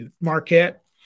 Marquette